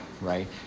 right